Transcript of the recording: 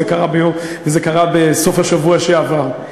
וזה קרה בסוף השבוע שעבר.